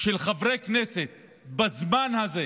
של חברי הכנסת, בזמן הזה,